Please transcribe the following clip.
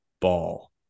ball